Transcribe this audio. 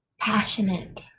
Passionate